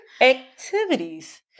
activities